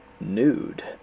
Nude